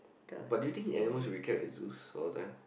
but do you think animals should be kept in zoos all the time